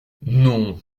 non